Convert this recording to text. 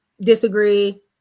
disagree